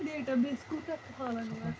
بیٹا بیٚیِس کوٗتاہ